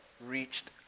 reached